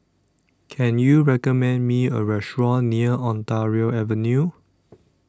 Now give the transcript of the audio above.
Can YOU recommend Me A Restaurant near Ontario Avenue